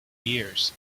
years